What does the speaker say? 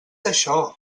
això